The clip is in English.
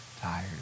tired